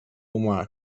humà